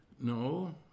No